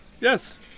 yes